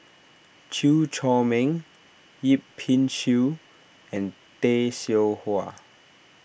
Chew Chor Meng Yip Pin Xiu and Tay Seow Huah